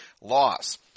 loss